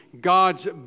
God's